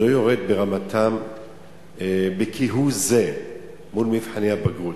הוא לא יורד ברמתו כהוא זה מול מבחני הבגרות.